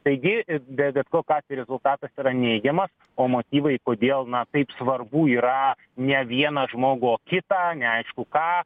taigi be bet kokiu atveju rezultatas yra neigiamas o motyvai kodėl na taip svarbu yra ne vieną žmogų o kitą neaišku ką